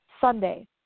Sunday